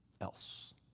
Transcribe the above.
else